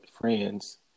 friends